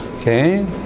okay